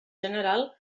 general